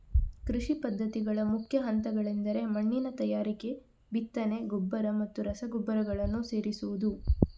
ಕೃಷಿ ಪದ್ಧತಿಗಳ ಮುಖ್ಯ ಹಂತಗಳೆಂದರೆ ಮಣ್ಣಿನ ತಯಾರಿಕೆ, ಬಿತ್ತನೆ, ಗೊಬ್ಬರ ಮತ್ತು ರಸಗೊಬ್ಬರಗಳನ್ನು ಸೇರಿಸುವುದು